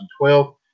2012